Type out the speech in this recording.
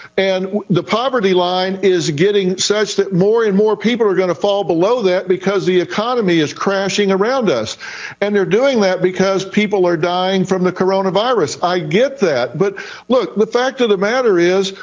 and the poverty line is getting such that more and more people are going to fall below that because the economy is crashing around us and they're doing that because people are dying from the corona virus. i get that. but the fact of the matter is,